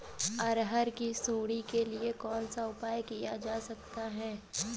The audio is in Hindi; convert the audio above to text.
अरहर की सुंडी के लिए कौन सा उपाय किया जा सकता है?